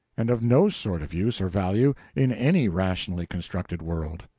and of no sort of use or value in any rationally constructed world.